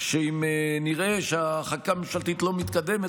שאם נראה שהחקיקה הממשלתית לא מתקדמת,